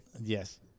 Yes